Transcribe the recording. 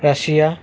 Russia